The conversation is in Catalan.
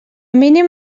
mínim